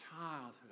childhood